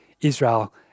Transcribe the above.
Israel